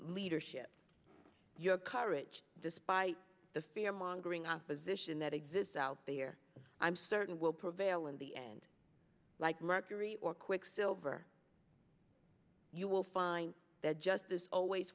leadership your courage despite the fear mongering opposition that exists out there i'm certain will prevail in the end like mercury or quicksilver you will find that justice always